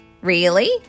Really